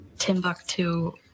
Timbuktu